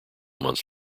months